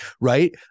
right